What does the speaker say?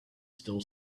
still